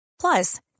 Plus